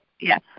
Yes